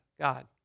God